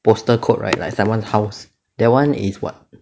postal code right like someone's house that [one] is what